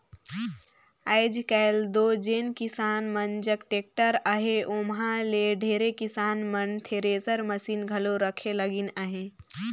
आएज काएल दो जेन किसान मन जग टेक्टर अहे ओमहा ले ढेरे किसान मन थेरेसर मसीन घलो रखे लगिन अहे